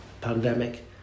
pandemic